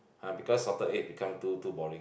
ah because salted egg become too too boring